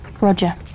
Roger